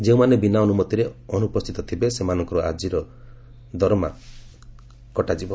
ଯେଉଁମାନେ ବିନା ଅନୁମତିରେ ଅନୁପସ୍ଥିତ ଥିବେ ସେମାନଙ୍କର ଆଜି ଦିନର ଦରମା କଟାଯିବ